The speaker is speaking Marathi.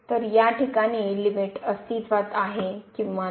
तर या ठिकाणी लिमिटअस्तित्वात आहे किंवा नाही